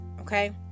Okay